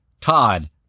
Todd